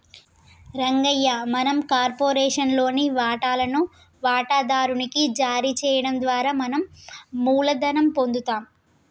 రంగయ్య మనం కార్పొరేషన్ లోని వాటాలను వాటాదారు నికి జారీ చేయడం ద్వారా మనం మూలధనం పొందుతాము